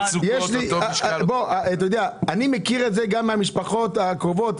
אני מכיר את זה גם מהמשפחות הקרובות.